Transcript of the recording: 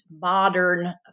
modern